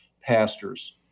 pastors